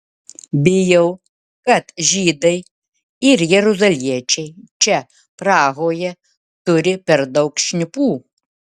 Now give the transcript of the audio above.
bijau kad žydai ir jeruzaliečiai čia prahoje turi per daug šnipų